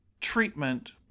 Treatment